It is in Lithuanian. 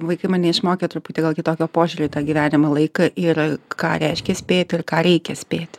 vaikai mane išmokė truputį gal kitokio požiūrio į tą gyvenimą laiką ir ką reiškia spėt ir ką reikia spėti